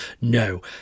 No